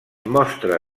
mostra